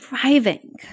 thriving